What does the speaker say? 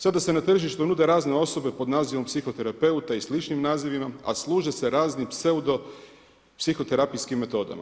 Sada se na tržištu nude razne osobe pod nazivom psihoterapeuta i sličnim nazivima, a služe se raznim pseudo psihoterapijskim metodama.